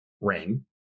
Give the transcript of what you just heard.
ring